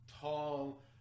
tall